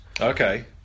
Okay